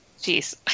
Jeez